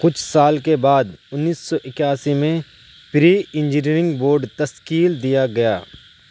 کچھ سال کے بعد انیس سو اکیاسی میں پری انجینئرنگ بورڈ تشکیل دیا گیا